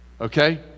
Okay